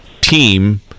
team